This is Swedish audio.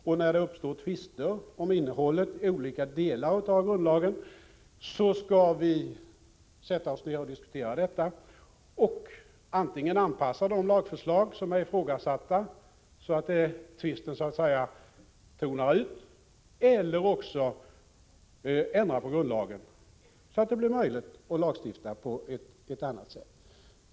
Och när det uppstår tvister om innehållet i olika delar av grundlagen skall vi sätta oss ner och diskutera detta och antingen anpassa de lagförslag som det gäller, så att tvisten så att säga tonar ut, eller också ändra på grundlagen, så att det blir möjligt att lagstifta på ett annat sätt.